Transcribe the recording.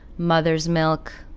mothers, milk,